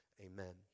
Amen